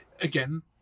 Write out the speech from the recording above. again